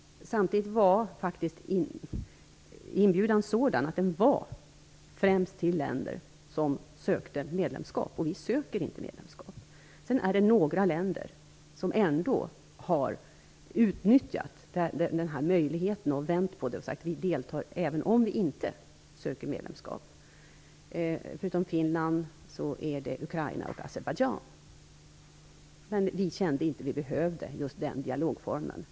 Samtidigt var inbjudan faktiskt främst riktad till länder som sökte medlemskap, och vi söker inte medlemskap. Sedan är det ändå några länder som har utnyttjat den möjligheten, vänt på det och sagt att de deltar även om de inte söker medlemskap - förutom Finland, Ukraina och Azerbajdjan. Vi kände inte att vi behövde just den dialogformen.